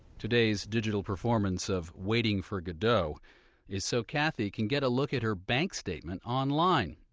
today's digital performance of waiting for godot is so kathy can get a look at her bank statement online.